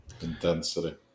Intensity